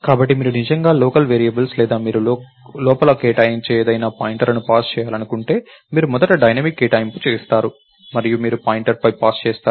కాబట్టి మీరు నిజంగా లోకల్ వేరియబుల్స్ లేదా మీరు లోపల కేటాయించే ఏదైనా పాయింటర్లను పాస్ చేయాలనుకుంటే మీరు మొదట డైనమిక్ కేటాయింపు చేస్తారు మరియు మీరు పాయింటర్పై పాస్ చేస్తారు